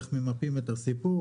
איך ממפים את הסיפור,